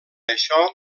això